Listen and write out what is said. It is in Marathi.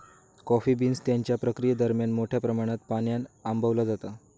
कॉफी बीन्स त्यांच्या प्रक्रियेदरम्यान मोठ्या प्रमाणात पाण्यान आंबवला जाता